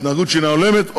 בשל התנהגות שאינה הולמת,